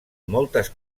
moltes